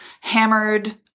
hammered